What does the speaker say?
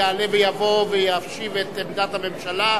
יעלה ויבוא וישיב את עמדת הממשלה.